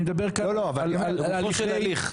אני מדבר כאן --- על גופו של הליך.